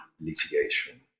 litigation